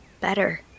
better